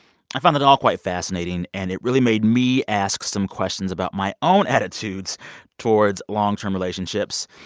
i found it all quite fascinating. and it really made me ask some questions about my own attitudes towards long-term relationships.